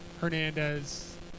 Hernandez